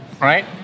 right